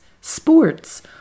Sports